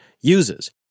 uses